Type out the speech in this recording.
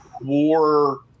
war